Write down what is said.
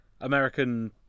American